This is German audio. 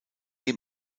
ihm